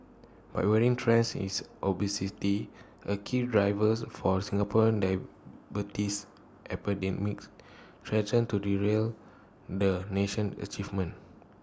but worrying trends is obesity A key drivers for Singaporean diabetes epidemics threaten to derail the nation's achievements